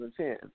2010